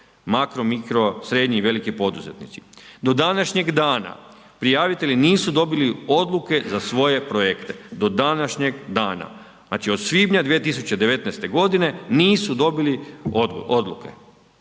makro, mikro, srednji i veliki poduzetnici. Do današnjeg dana prijavitelji nisu dobili odluke za svoje projekte, do današnjeg dana. Znači od svibnja 2019. godine nisu dobili odluke.